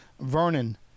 Vernon